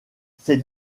ses